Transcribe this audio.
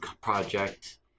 project